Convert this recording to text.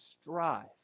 strive